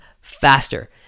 faster